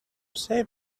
save